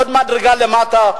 עוד מדרגה למטה,